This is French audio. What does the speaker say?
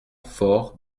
fort